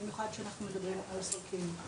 במיוחד כשאנחנו מדברים על סולקים.